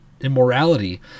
immorality